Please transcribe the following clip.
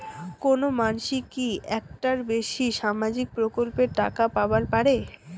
কোনো মানসি কি একটার বেশি সামাজিক প্রকল্পের টাকা পাবার পারে?